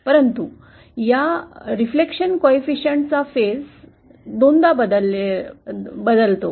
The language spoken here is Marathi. परंतु या प्रतिबिंब गुणकाचा टप्पा दोनदा बदलतो